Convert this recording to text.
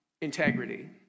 integrity